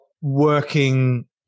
working